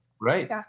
Right